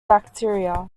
bacteria